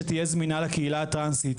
שתהיה זמינה לקהילה הטרנסית,